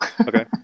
Okay